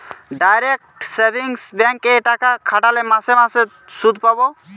direct savings bank এ টাকা খাটালে মাসে মাসে শুধ পাবে